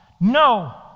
No